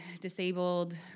disabled